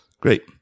Great